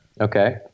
Okay